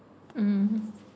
mm